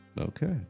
Okay